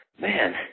man